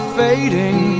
fading